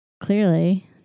Clearly